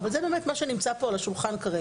אבל זה באמת מה שנמצא פה על השולחן כרגע,